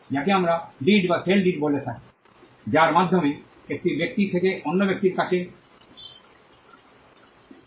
যাকে আমরা ডিড বা সেল ডিড বলি যার মাধ্যমে একটি ব্যক্তি থেকে অন্য ব্যক্তির কাছে একটি জমি পৌঁছে দেওয়া হয়